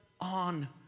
on